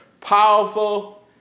powerful